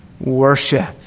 worship